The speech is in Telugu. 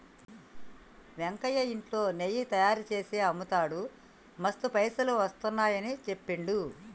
వెంకయ్య ఇంట్లో నెయ్యి తయారుచేసి అమ్ముతాడు మస్తు పైసలు వస్తున్నాయని చెప్పిండు